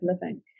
living